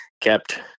kept